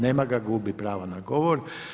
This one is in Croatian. Nema ga, gubi pravo na govor.